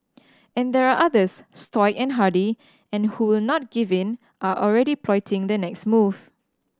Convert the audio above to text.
and there are others stoic and hardy and who will not give in are already plotting their next move